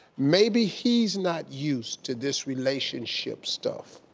maybe he's not used to this relationship stuff.